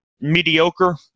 mediocre